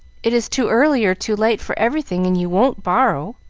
it is too early or too late for everything, and you won't borrow.